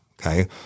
Okay